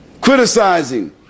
criticizing